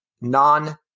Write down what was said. non